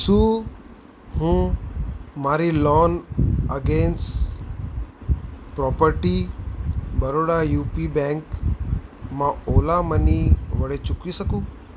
શું હું મારી loan against property Baroda UP બેંકમાં ઓલા મની વડે ચૂકવી શકું